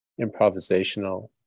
improvisational